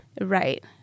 Right